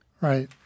Right